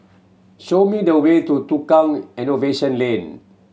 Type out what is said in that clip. show me the way to Tukang Innovation Lane